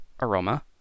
aroma